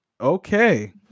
Okay